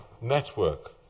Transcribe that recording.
network